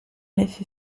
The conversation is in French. effet